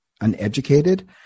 uneducated